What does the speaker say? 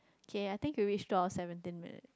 okay I think we reach door seventeen word